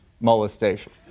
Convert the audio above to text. molestation